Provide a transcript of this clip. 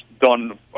done